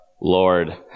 Lord